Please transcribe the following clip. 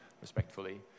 respectfully